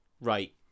right